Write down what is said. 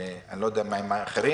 אני לא יודע מה עם האחרים